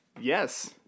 Yes